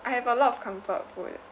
I have a lot of comfort food